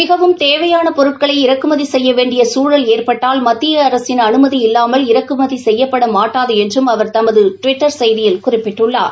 மிகவும் தேவையான பொருட்கள் இறக்குமதி செய்ய வேண்டிய சூழல் ஏற்பட்டால் மத்திய அரசின் அனுமதி இல்லாமல் இறக்குமதி செய்யப்படாது என்றும் அவர் தமது டுவிட்டர் செய்தியில் குறிப்பிட்டுள்ளார்